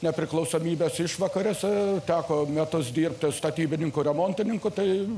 nepriklausomybės išvakarėse teko metus dirbti statybininku remontininku tai